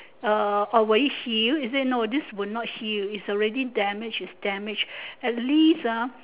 uh or will it heal is it no this would not heal is already damaged is damaged at least ah